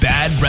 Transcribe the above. Bad